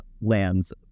Lands